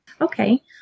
Okay